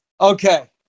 Okay